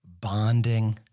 bonding